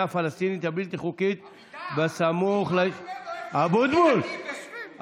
הפלסטינית הבלתי-חוקית סמוך ליישובים ישראליים,